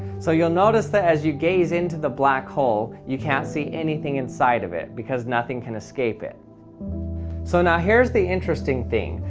so you'll notice that as you gaze into the black hole you can't see anything inside of it, because nothing can escape it so here's the interesting thing.